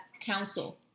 council